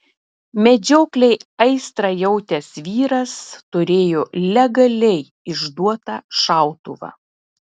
medžioklei aistrą jautęs vyras turėjo legaliai išduotą šautuvą